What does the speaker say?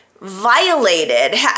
violated